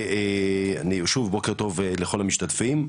בוקר טוב לכל המשתתפים.